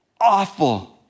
awful